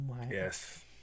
Yes